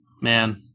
man